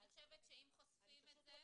אני חושבת שאם חושפים את זה --- אני